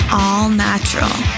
all-natural